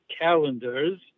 calendars